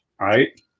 right